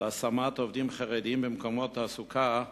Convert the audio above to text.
להשמת עובדים חרדים במקומות תעסוקה,